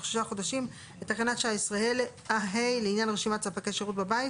תקנה 19(ה) (רשימת ספקי שירות בבית)